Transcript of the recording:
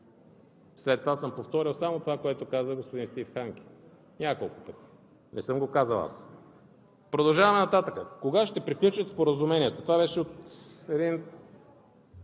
След това съм повторил само онова, което каза господин Стив Ханке няколко пъти. Не съм го казал аз. Продължаваме нататък. Кога ще приключат споразуменията? Това беше въпрос